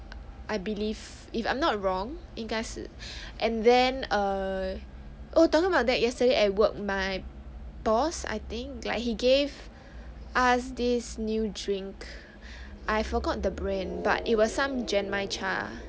I believe if I'm not wrong 应该是 and then err oh talking about that yesterday at work my boss I think like he gave us this new drink I forgot the brand but it was some genmaicha